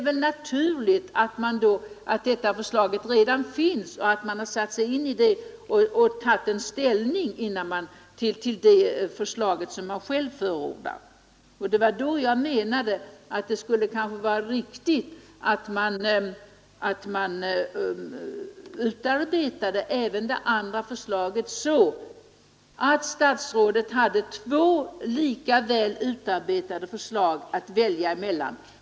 Om det redan finns ett förslag som man har satts sig in i och tagit ställning till, så är det väl naturligt att man också förordar det. Det var därför som jag menade att det kanske skulle ha varit riktigare att man hade utarbetat det andra förslaget också, så att statsrådet hade två lika väl utarbetade förslag att välja mellan.